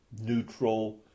neutral